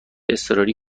اضطراری